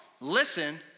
listen